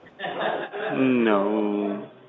No